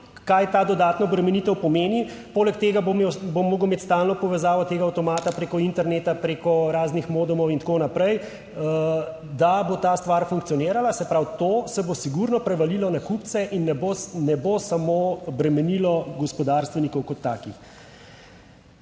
kaj ta dodatna obremenitev pomeni, poleg tega bo mogel imeti stalno povezavo tega avtomata preko interneta, preko raznih modumov in tako naprej, da bo ta stvar funkcionirala. Se pravi, to se bo sigurno prevalilo na kupce in ne bo, ne bo samo bremenilo gospodarstvenikov kot takih.